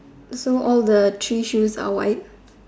so all the three shoes are white